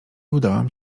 udałam